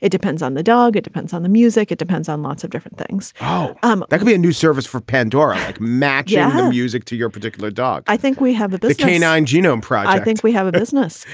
it depends on the dog. it depends on the music. it depends on lots of different things um there can be a new service for pandora. like match yeah your music to your particular dog. i think we have the canine genome project i think we have a business